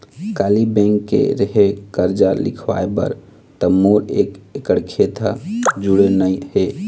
काली bank गे रेहेव करजा लिखवाय बर त मोर एक एकड़ खेत ह जुड़े नइ हे